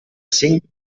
cinc